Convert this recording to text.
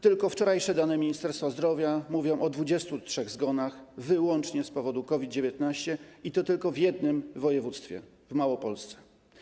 Tylko wczorajsze dane Ministerstwa Zdrowia mówią o 23 zgonach wyłącznie z powodu COVID-19, i to tylko w jednym województwie, małopolskim.